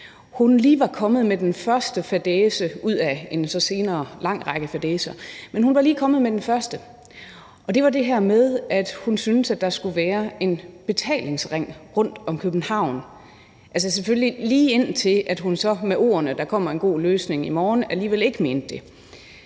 men hun var lige kommet med den første, og det var det her med, at hun syntes, at der skulle være en betalingsring rundt om København, altså, selvfølgelig lige indtil hun så med ordene der kommer en god løsning i morgen alligevel ikke mente det.